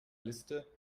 liste